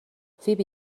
فیبی